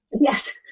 Yes